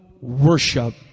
worship